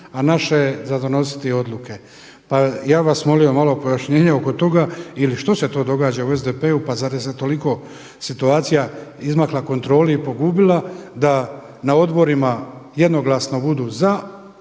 a naše je za donositi odluke. Pa ja bih vas molio malo pojašnjenje oko toga ili što se to događa u SDP-u, pa zar se toliko situacija izmakla kontroli i pogubila da na odborima jednoglasno budu za određeni